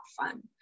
fun